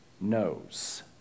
knows